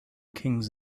kings